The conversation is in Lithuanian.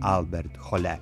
albert hole